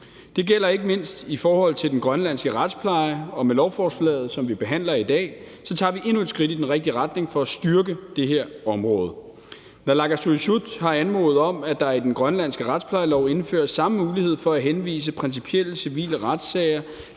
Det gælder ikke mindst i forhold til den grønlandske retspleje, og med lovforslaget, som vi behandler i dag, tager vi endnu et skridt i den rigtige retning for at styrke det her område. Naalakkersuisut har anmodet om, at der i den grønlandske retsplejelov indføres den samme mulighed for at henvise principielle civile retssager